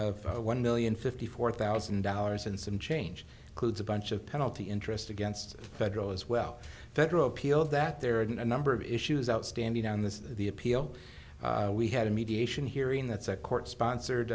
of one million fifty four thousand dollars and some change clothes a bunch of penalty interest against federal as well federal appeal that there are a number of issues outstanding on this the appeal we had a mediation hearing that's a court sponsored